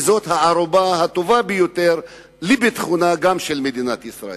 וזאת הערובה הטובה ביותר גם לביטחונה של מדינת ישראל.